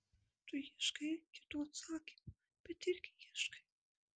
tu ieškai kito atsakymo bet irgi ieškai